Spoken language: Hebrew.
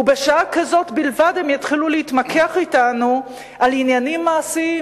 ובשעה כזאת בלבד הם יתחילו להתמקח אתנו על עניינים מעשיים,